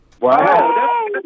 Wow